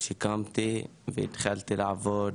שיקמתי והתחלתי לעבוד